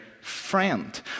friend